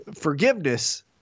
forgiveness